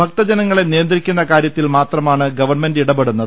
ഭക്തജനങ്ങളെ നിയന്ത്രിക്കുന്ന കാര്യ ത്തിൽ മാത്രമാണ് ഗവൺമെന്റ് ഇടപെടുന്നത്